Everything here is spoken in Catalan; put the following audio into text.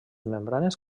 membranes